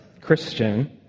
Christian